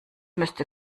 müsste